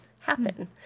happen